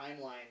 timeline